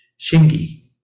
Shingi